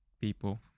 people